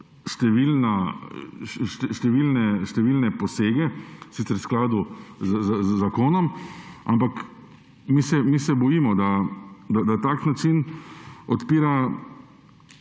številne posege, sicer v skladu z zakonom, ampak bojimo se, da tak način odpira